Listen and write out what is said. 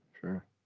sure